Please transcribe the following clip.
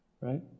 Right